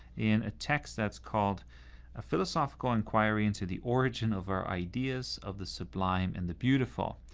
in a text that's called a philosophical inquiry into the origin of our ideas of the sublime and the beautiful,